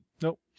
Nope